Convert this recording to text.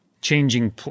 changing